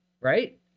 right